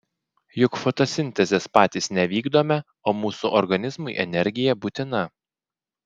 juk fotosintezės patys nevykdome o mūsų organizmui energija būtina